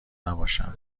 نباشم